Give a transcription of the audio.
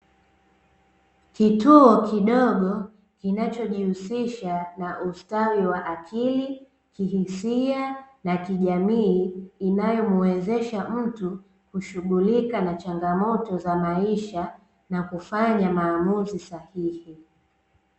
Kituo kidogo kinachojihusisha na ustawi wa akili, kihisia na kijamii inayomuwezesha mtu kushughulika na changamoto za maisha na kufanya maamuzi sahihi.